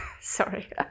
sorry